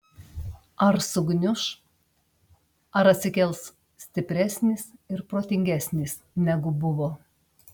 ar sugniuš ar atsikels stipresnis ir protingesnis negu buvo